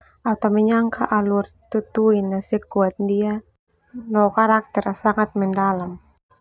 Au ta menyangka alur tutui na sekuat ndia no karakter sangat mendalam.